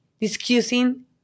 discussing